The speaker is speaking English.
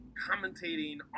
commentating